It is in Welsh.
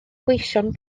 gweision